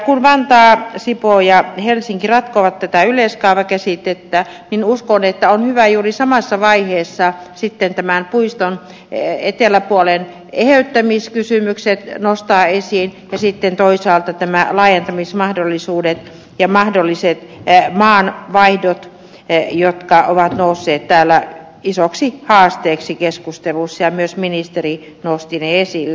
kun vantaa sipoo ja helsinki ratkovat tätä yleiskaavakäsitettä niin uskon että on sitten hyvä juuri samassa vaiheessa nostaa esiin tämän puiston eteläpuolen eheyttämiskysymykset ja toisaalta nämä laajentamismahdollisuudet ja mahdolliset maanvaihdot jotka ovat nousseet täällä isoksi haasteeksi keskusteluissa ja myös ministeri nosti ne esille